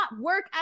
work